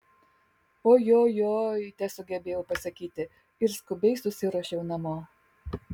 ojojoi tesugebėjau pasakyti ir skubiai susiruošiau namo